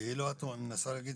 כאילו את מנסה להגיד